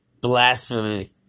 Blasphemy